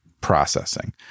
processing